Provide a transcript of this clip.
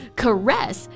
caress